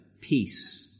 Peace